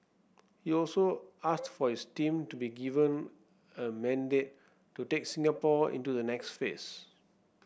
he also asked for his team to be given a mandate to take Singapore into the next phase